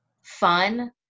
fun